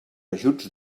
ajuts